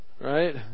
Right